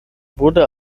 wurde